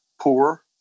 poor